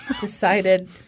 decided—